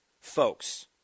folks